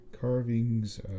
Carvings